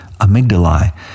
amygdalae